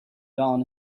dawn